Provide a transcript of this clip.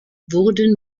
wurden